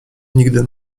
nigdy